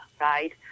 right